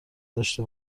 داشته